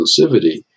exclusivity